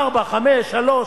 ארבע, חמש, שלוש,